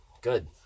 Good